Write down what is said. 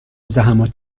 زحمتایی